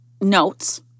notes